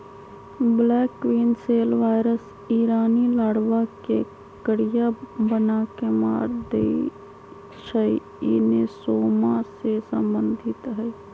black queen cell virus इ रानी लार्बा के करिया बना के मार देइ छइ इ नेसोमा से सम्बन्धित हइ